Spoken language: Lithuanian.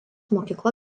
mokykla